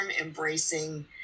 embracing